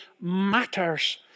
matters